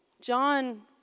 John